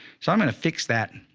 so i'm going to fix that.